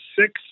six